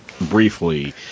briefly